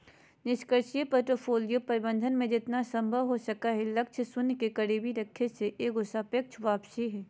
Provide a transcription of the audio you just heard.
निष्क्रिय पोर्टफोलियो प्रबंधन मे जेतना संभव हो सको हय लक्ष्य शून्य के करीब रखे के एगो सापेक्ष वापसी हय